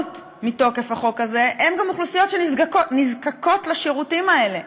מתוקף החוק הזה הן גם אוכלוסיות שנזקקות לשירותים האלה,